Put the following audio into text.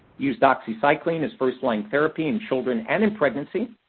use doxycycline as first line therapy in children and in pregnancy.